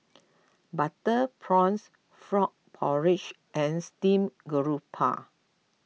Butter Prawn Frog Porridge and Steamed Grouper